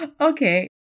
okay